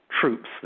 troops